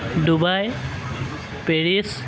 Dubai Paris